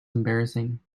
embarrassing